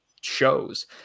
shows